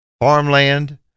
farmland